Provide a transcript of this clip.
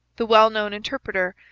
the well-known interpreter,